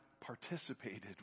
participated